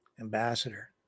ambassador